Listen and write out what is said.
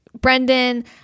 Brendan